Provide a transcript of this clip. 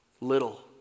little